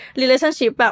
relationship